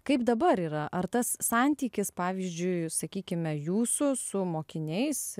kaip dabar yra ar tas santykis pavyzdžiui sakykime jūsų su mokiniais